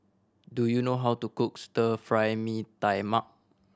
do you know how to cook Stir Fry Mee Tai Mak